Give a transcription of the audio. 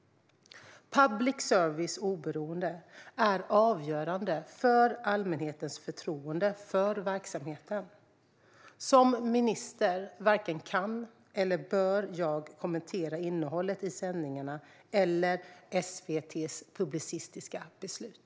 Public services oberoende är avgörande för allmänhetens förtroende för verksamheten. Som minister varken kan eller bör jag kommentera innehållet i sändningarna eller SVT:s publicistiska beslut.